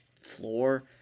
floor